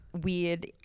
weird